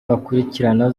bakurikirana